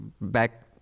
back